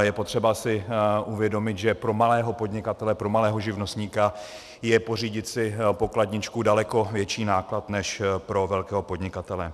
Je potřeba si uvědomit, že pro malého podnikatele, pro malého živnostníka je pořídit si pokladničku daleko větší náklad než pro velkého podnikatele.